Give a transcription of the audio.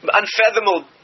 unfathomable